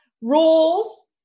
rules